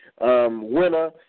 Winner